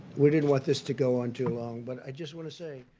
we didn't want this to go on too long but i just want to say,